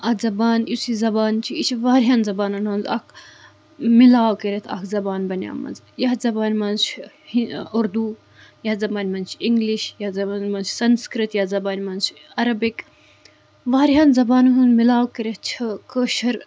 اَتھ زَبان یُس یہِ زَبان چھِ یہِ چھِ واریاہَن زَبانَن ہُنٛد اَکھ مِلاو کٔرِتھ اَکھ زَبان بنِیمٕژ یَتھ زَبانہِ منٛز چھِ یہِ اُردو یَتھ زَبانہِ منٛز چھِ اِنگلِش یَتھ زَبانہِ منٛز چھِ سَنسکرت یَتھ زَبانہِ منٛز چھِ عرَبِک واریاہَن زبانَن ہُِنٛد مِلاو کٔرِتھ چِھِ کٲشٕر